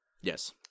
Yes